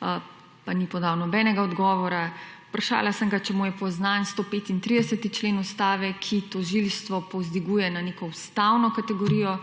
pa ni podal nobenega odgovora. Vprašala sem ga, če mu je poznan 135. člen Ustave, ki tožilstvo povzdiguje na neko ustavno kategorijo,